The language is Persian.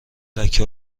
لکه